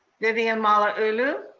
vivian malauulu.